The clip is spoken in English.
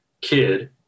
kid